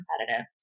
competitive